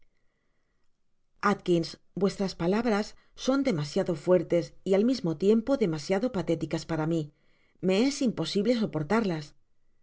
vuestras palabras son demasiado fuertes y at mismo tiempo demasiado patéticas para mí me es imposible soportarlas